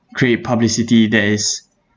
create publicity that is